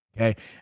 Okay